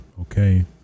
Okay